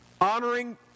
honoring